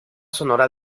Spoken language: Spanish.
sonora